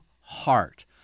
heart